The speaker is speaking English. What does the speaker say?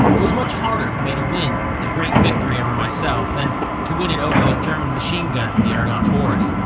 it was much harder for me to win the great victory over myself than to win it over those german machine guns in the argonne forest.